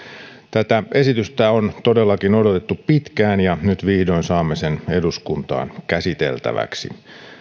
tätä esitystä on todellakin odotettu pitkään ja nyt vihdoin saamme sen eduskuntaan käsiteltäväksi